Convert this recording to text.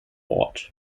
ort